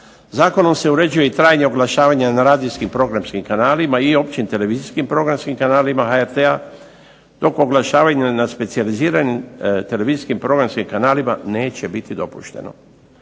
Zakonom se uređuje i trajnije oglašavanje na radijskim programskim kanalima i općim televizijskim programskim kanalima HRT-a dok oglašavanje na specijaliziranim televizijskim programskim kanalima neće biti dopušteno.